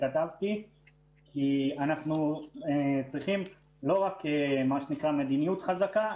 כי אנחנו צריכים לא רק מדיניות חזקה,